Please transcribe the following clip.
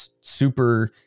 super